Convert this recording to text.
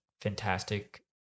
fantastic